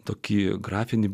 tokį grafinį